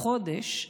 החודש.